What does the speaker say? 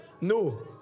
No